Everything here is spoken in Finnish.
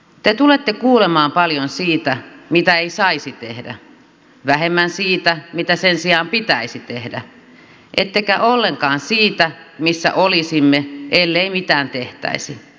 te tulette kuulemaan paljon siitä mitä ei saisi tehdä vähemmän siitä mitä sen sijaan pitäisi tehdä ettekä ollenkaan siitä missä olisimme ellei mitään tehtäisi